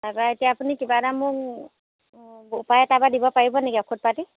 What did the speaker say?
তাৰপৰা এতিয়া আপুনি কিবা এটা মোক উপায় তাৰপৰা মোক দিব পাৰিব নেকি ঔষধ পাতি